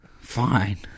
Fine